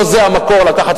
לא זה המקור לקחת